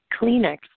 Kleenex